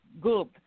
Good